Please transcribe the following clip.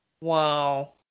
Wow